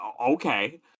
okay